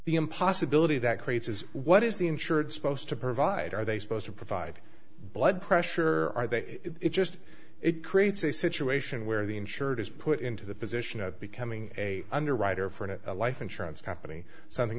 the in possibility that creates is what is the insured supposed to provide are they supposed to provide blood pressure or are they it just it creates a situation where the insured is put into the position of becoming a underwriter for a life insurance company s